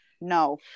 no